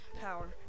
power